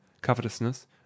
covetousness